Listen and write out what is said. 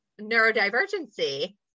neurodivergency